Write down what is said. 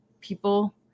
people